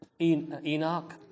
Enoch